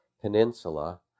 peninsula